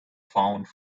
found